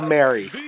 Mary